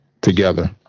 together